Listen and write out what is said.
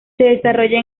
desarrolla